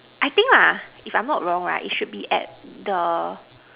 I think lah if I'm not wrong right it should be at the